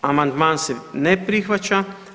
Amandman se ne prihvaća.